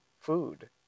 food